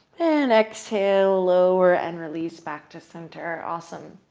and exhale lower and release back to center. awesome.